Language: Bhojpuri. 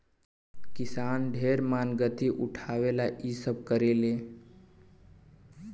किसान ढेर मानगती उठावे ला इ सब करेले